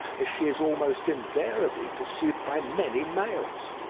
as she is almost invariably pursued by many males.